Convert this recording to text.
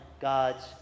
God's